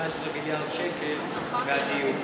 כמעט 18 מיליארד שקל מהדיור.